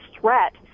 threat